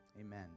Amen